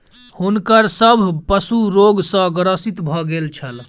हुनकर सभ पशु रोग सॅ ग्रसित भ गेल छल